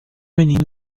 menino